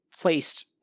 placed